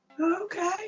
Okay